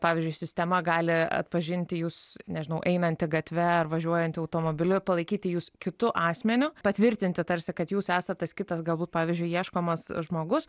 pavyzdžiui sistema gali atpažinti jus nežinau einantį gatve ar važiuojantį automobiliu palaikyti jus kitu asmeniu patvirtinti tarsi kad jūs esat tas kitas galbūt pavyzdžiui ieškomas žmogus